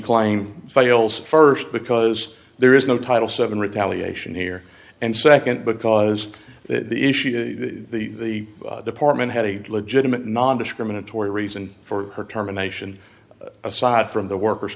claim fails first because there is no title seven retaliation here and second because that issue the department had a legitimate nondiscriminatory reason for terminations aside from the worker